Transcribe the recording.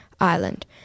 island